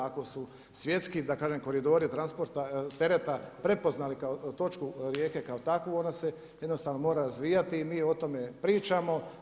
Ako su svjetski da kažem koridori transporta, tereta prepoznali točku Rijeke kao takvu onda se jednostavno mora razvijati i mi o tome pričamo.